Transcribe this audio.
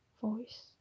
voice